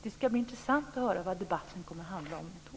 Det ska bli intressant att höra vad debatten kommer att handla om då.